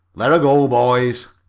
let her go, boys!